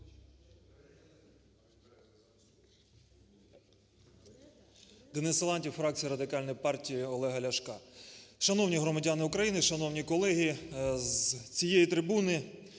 Денис Силантьєв, фракція Радикальної партії Олега Ляшка. Шановні громадяни України, шановні колеги, з цієї трибуни